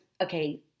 okay